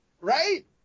Right